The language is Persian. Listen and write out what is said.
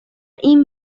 این